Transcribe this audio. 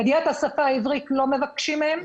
ידיעת השפה העברית לא מבקשים מהם.